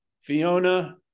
Fiona